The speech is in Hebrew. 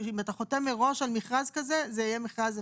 אם אתה חותם מראש על מכרז כזה, זה יהיה מכרז זה.